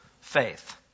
faith